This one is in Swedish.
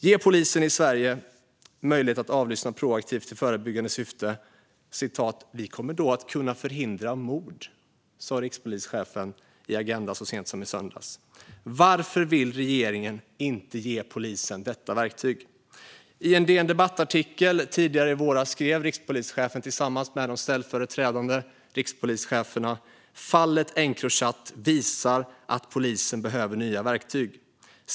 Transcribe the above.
Ge polisen i Sverige möjlighet att avlyssna proaktivt i förebyggande syfte. Vi kommer då att kunna förhindra mord. Det sa rikspolischefen i Agenda så sent som i söndags. Varför vill inte regeringen ge polisen detta verktyg? Rikspolischefen skrev tidigare i våras på DN Debatt tillsammans med de ställföreträdande rikspolischeferna att "fallet Encrochat visar att polisen behöver nya verktyg".